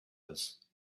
others